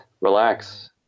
relax